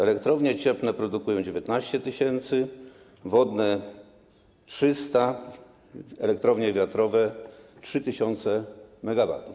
Elektrownie cieplne produkują 19 tys., wodne - 300, elektrownie wiatrowe - 3 tys. MW.